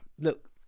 look